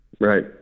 right